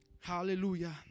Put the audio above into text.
Hallelujah